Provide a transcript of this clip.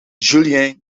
julien